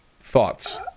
Thoughts